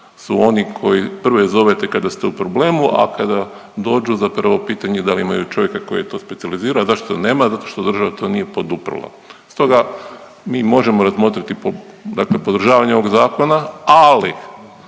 su oni koje prve zovete kada ste u problemu, a kada dođu zapravo je pitanje da li imaju čovjeka koji je to specijalizira, zašto nema, zato što država to nije poduprla. Stoga mi možemo razmotriti dakle podržavanje ovog zakona ali